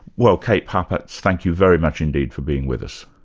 well kate huppatz, thank you very much indeed for being with us.